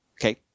Okay